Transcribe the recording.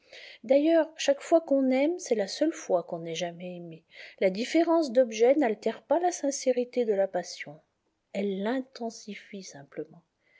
d'ailleurs chaque fois qu'on aime c'est la seule fois qu'on ait jamais aimé la différence d'objet n'altère pas la sincérité de la passion elle l'intensifie simplement